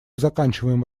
заканчиваем